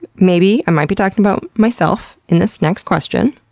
maybe, i might be talking about myself in this next question.